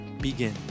begin